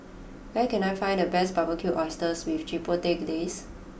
where can I find the best Barbecued Oysters with Chipotle Glaze